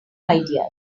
ideas